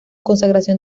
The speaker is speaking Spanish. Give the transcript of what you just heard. consagración